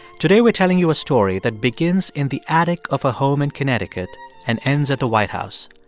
today, we're telling you a story that begins in the attic of a home in connecticut and ends at the white house.